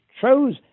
chose